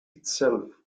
itself